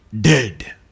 dead